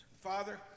Father